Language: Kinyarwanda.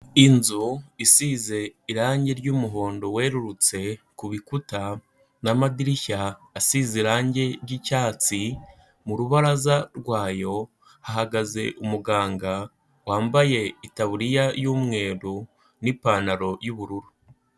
Inzu isize irange ry'umuhondo werurutse ku bikuta n'amadirishya asize irange ry'icyatsi, mu rubaraza rwayo, hagaze umuganga wambaye itaburiya y'umweru n'ipantaro y'ubururu.